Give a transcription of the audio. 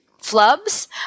flubs